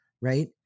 right